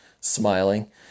smiling